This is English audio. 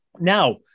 Now